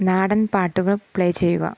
നാടൻ പാട്ടുകൾ പ്ലേ ചെയ്യുക